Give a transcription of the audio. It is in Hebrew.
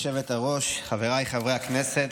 כבוד היושבת-ראש, חבריי חברי הכנסת,